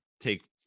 take